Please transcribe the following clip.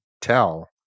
tell